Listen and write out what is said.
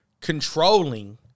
controlling